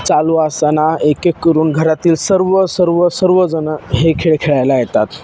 चालू असताना एक एक करून घरातील सर्व सर्व सर्वजण हे खेळ खेळायला येतात